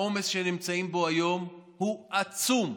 העומס שהם נמצאים בו היום הוא עצום.